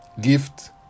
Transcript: gift